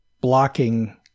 blocking